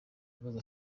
bibazo